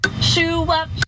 Shoe-up